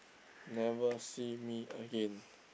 never see me again